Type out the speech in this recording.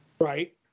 Right